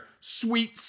sweet